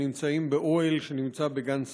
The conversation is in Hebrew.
הם נמצאים באוהל שנמצא בגן סאקר.